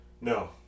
No